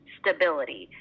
stability